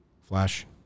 Flash